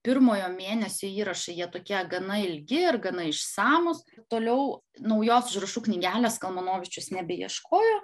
pirmojo mėnesio įrašai jie tokie gana ilgi ir gana išsamūs toliau naujos užrašų knygelės kalmanovičius nebeieškojo